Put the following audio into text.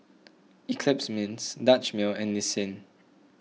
Eclipse Mints Dutch Mill and Nissin